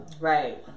Right